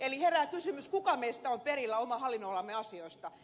eli herää kysymys kuka meistä on perillä oman hallinnonalansa asioista